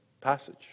passage